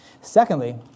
Secondly